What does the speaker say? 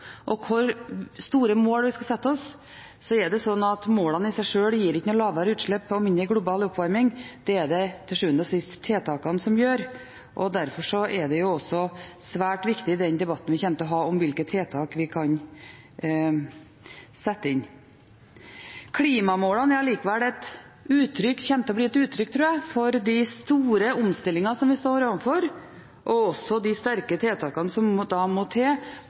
sette oss, at målene i seg sjøl ikke gir noe lavere utslipp og mindre global oppvarming. Det er det til sjuende og sist tiltakene som gjør. Derfor er den også svært viktig den debatten vi kommer til å ha om hvilke tiltak vi kan sette inn. Klimamålene kommer allikevel til å bli et uttrykk for, tror jeg, de store omstillingene som vi står overfor, og også de sterke tiltakene som må til